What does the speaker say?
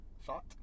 thought